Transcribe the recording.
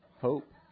hope